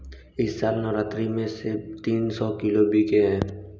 इस साल नवरात्रि में सेब तीन सौ किलो बिके हैं